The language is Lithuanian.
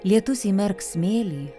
lietus įmerks smėlį